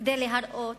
כדי להראות